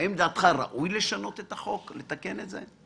האם לדעתך ראוי לשנות את החוק, לתקן את זה?